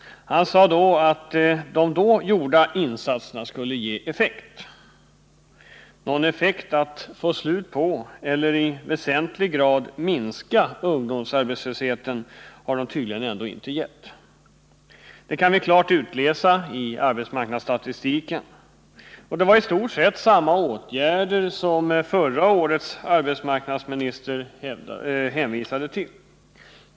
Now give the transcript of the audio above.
Han sade vid det tillfället att de då gjorda insatserna skulle ge effekt. Någon sådan effekt att de kunnat göra slut på eller i väsentlig grad minska ungdomsarbetslösheten har de tydligen ändå inte haft. Det kan vi klart utläsa ur arbetsmarknadsstatistiken. Den arbetsmarknadsminister vi hade förra året hänvisade till i stort sett samma åtgärder.